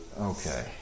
Okay